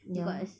ya